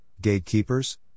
gatekeepers